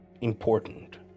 important